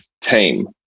team